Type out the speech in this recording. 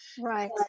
Right